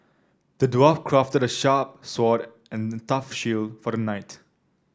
the dwarf crafted a sharp sword and a tough shield for the knight